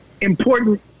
important